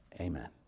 amen